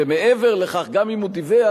ומעבר לכך, גם אם הוא דיווח,